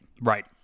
Right